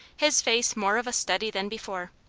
his face more of a study than before.